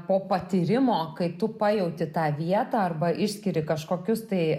po patyrimo kai tu pajauti tą vietą arba išskiria kažkokius tai